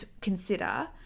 consider